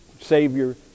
Savior